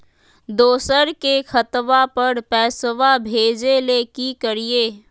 दोसर के खतवा पर पैसवा भेजे ले कि करिए?